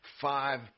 Five